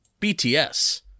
BTS